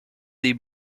des